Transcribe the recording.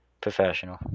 professional